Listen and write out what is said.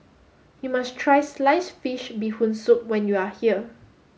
you must try sliced fish bee hoon soup when you are here